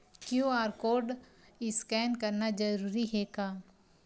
QR code scan करना जरूरी हे का?